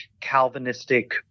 Calvinistic